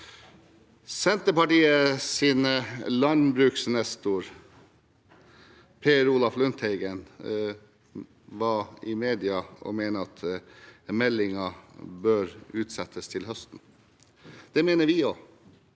Senterpartiets landbruksnestor, Per Olaf Lundteigen, var i media og mente at meldingen bør utsettes til høsten. Det mener vi også.